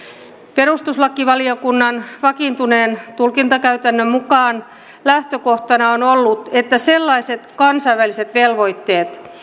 perustuslakivaliokunnan vakiintuneen tulkintakäytännön mukaan lähtökohtana on ollut että sellaiset kansainväliset velvoitteet